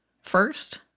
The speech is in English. first